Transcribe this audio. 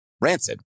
rancid